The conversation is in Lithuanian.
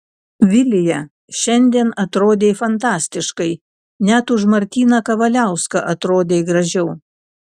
vilija šiandien atrodei fantastiškai net už martyną kavaliauską atrodei gražiau